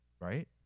right